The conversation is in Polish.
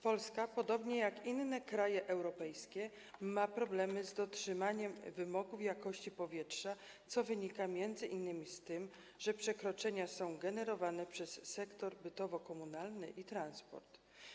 Polska, podobnie jak inne kraje europejskie, ma problemy z dotrzymaniem wymogów jakości powietrza, co wynika m.in. z tego, że przekroczenia są generowane przez sektor bytowo-komunalny i transport.